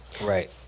Right